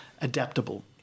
adaptable